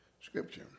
Scripture